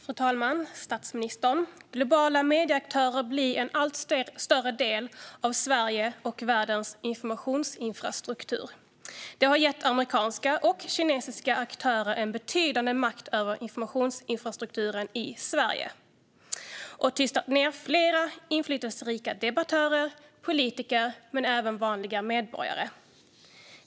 Fru talman! Statsministern! Globala medieaktörer blir en allt större del av Sveriges och världens informationsinfrastruktur. Det har gett amerikanska och kinesiska aktörer betydande makt över informationsinfrastrukturen i Sverige och har tystat flera inflytelserika debattörer, politiker och även vanliga medborgare.